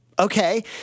Okay